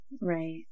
right